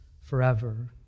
forever